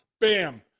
Bam